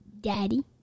Daddy